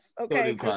Okay